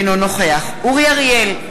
אינו נוכח אורי אריאל,